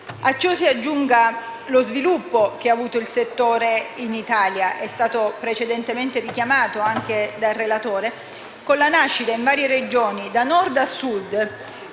A ciò si aggiunga lo sviluppo che ha avuto il settore in Italia (come precedentemente richiamato anche dal relatore) con la nascita, in varie Regioni, da Nord a Sud,